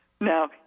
Now